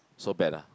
so bad ah